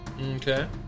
Okay